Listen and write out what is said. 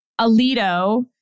Alito